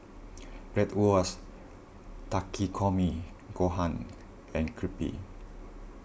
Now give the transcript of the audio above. Bratwurst Takikomi Gohan and Crepe